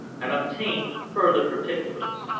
and obtain further particulars.